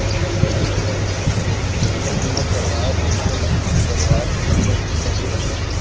जीवन बीमा करवाए मनसे ल अपन परवार के जादा चिंता नइ रहय